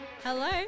Hello